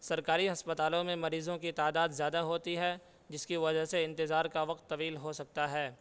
سرکاری ہستپالوں میں مریضوں کی تعداد زیادہ ہوتی ہے جس کی وجہ سے انتظار کا وقت طویل ہو سکتا ہے